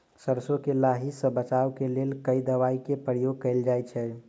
सैरसो केँ लाही सऽ बचाब केँ लेल केँ दवाई केँ प्रयोग कैल जाएँ छैय?